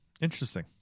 interesting